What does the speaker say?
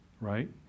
right